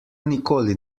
nikoli